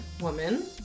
Woman